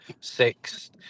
six